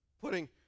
putting